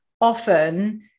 often